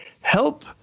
help